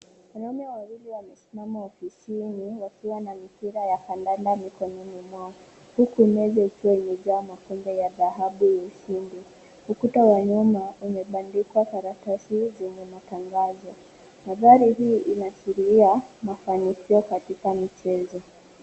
Wanaume wawili wamesimama ofisini wakiwa na mipira ya kandanda mikononi mwao huku meza ikiwa imejaa mafunzo ya dhahabu ya ushindi. Ukuta wa nyuma umebandikwa karatasi zenye matangazo. Mandhari hii inaashiria mafanikio katika michezo.